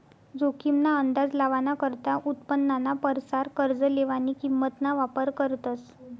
जोखीम ना अंदाज लावाना करता उत्पन्नाना परसार कर्ज लेवानी किंमत ना वापर करतस